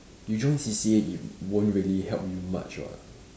you join C_C_A it won't really help you much [what]